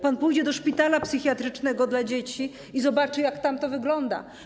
Pan pójdzie do szpitala psychiatrycznego dla dzieci i zobaczy, jak tam to wygląda.